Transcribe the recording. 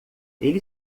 ele